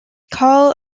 call